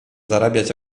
zarabiać